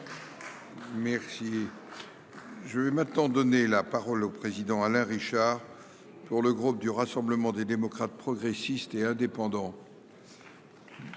Merci. Je vais maintenant donner la parole au président Alain Richard pour le groupe du Rassemblement des démocrates progressistes et indépendants.